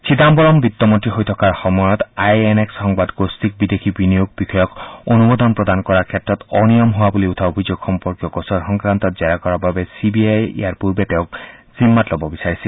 চিদাম্বৰম বিত্তমন্ত্ৰী হৈ থকা সময়ত আই এন এক্স সংবাদ গোষ্ঠীক বিদেশী বিনিয়োগ বিষয়ক অনুমোদন প্ৰদান কৰাৰ ক্ষেত্ৰত অনিয়ম হোৱা বুলি উঠা অভিযোগ সম্পৰ্কীয় গোচৰ সংক্ৰান্তত জেৰা কৰাৰ বাবে চি বি আয়ে ইয়াৰ পূৰ্বে তেওঁক জিম্মাত লব বিচাৰিছিল